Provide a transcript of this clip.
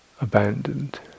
abandoned